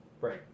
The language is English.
Right